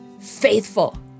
faithful